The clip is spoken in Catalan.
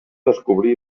descobrir